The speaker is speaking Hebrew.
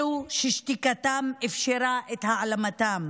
אלו ששתיקתם אפשרה את העלמתם,